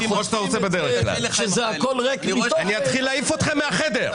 כשחושבים שהכול ריק מתוכן --- אני אתחיל להעיף אתכם מהחדר.